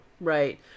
Right